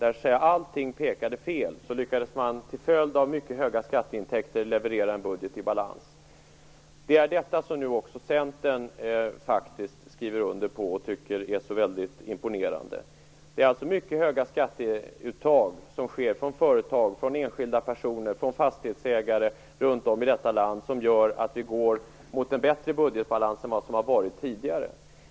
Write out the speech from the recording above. Trots att allting pekade fel lyckades man till följd av mycket höga skatteintäkter leverera en budget i balans. Det är detta som nu också Centern faktiskt skriver under på och tycker är så väldigt imponerande. Det är alltså mycket höga skatteuttag från företag, enskilda personer och fastighetsägare runt om i detta land som gör att vi går mot en bättre budgetbalans än vi har haft tidigare.